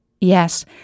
Yes